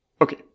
Okay